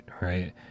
right